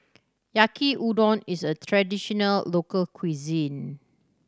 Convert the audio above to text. Yaki Udon is a traditional local cuisine